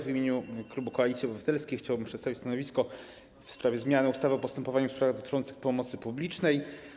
W imieniu klubu Koalicji Obywatelskiej chciałbym przedstawić stanowisko w sprawie ustawy o zmianie ustawy o postępowaniu w sprawach dotyczących pomocy publicznej.